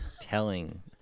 telling